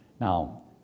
Now